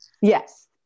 Yes